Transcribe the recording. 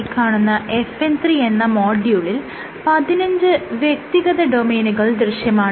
ഈ കാണുന്ന FN 3 എന്ന മോഡ്യൂളിൽ 15 വ്യക്തിഗത ഡൊമെയ്നുകൾ ദൃശ്യമാണ്